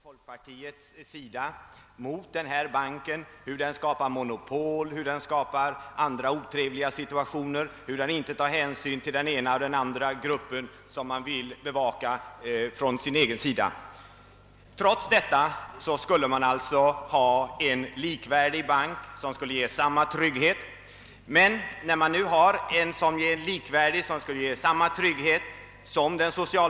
Herr talman! Under de gångna två dagarna har vi från centern och folkpartiet fått höra alla möjliga invändningar mot investeringsbanken, hur den skapar monopol och andra otrevligheter och att den inte tar hänsyn till den eller den gruppen, vars intressen man vill bevaka o. s. v. Trots detta har mittenpartierna ett förslag om en likvärdig yank, en bank som skulle ge samma trygghet.